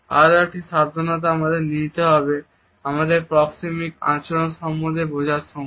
আরো একটি সাবধানতা আমাদেরকে নিতে হবে আমাদেরকে প্রক্সেমিক আচরণ সম্বন্ধে বোঝার সময়